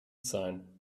sein